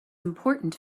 important